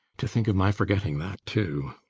to think of my forgetting that too!